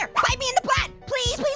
ah bite me in the butt. please,